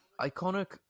iconic